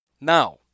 Now